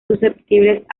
susceptibles